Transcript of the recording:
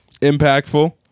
Impactful